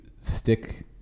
stick